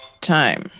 time